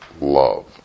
love